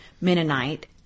Mennonite